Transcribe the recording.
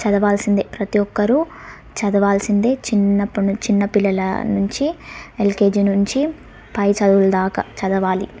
చదవాల్సిందే ప్రతీ ఒక్కరూ చదవాల్సిందే చిన్నప్పుడు నుం చిన్నపిల్లల నుంచి ఎల్కేజీ నుంచి పై చదువులు దాకా చదవాలి